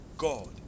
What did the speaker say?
God